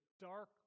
dark